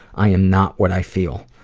i am not what i feel.